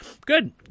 Good